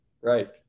Right